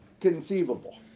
conceivable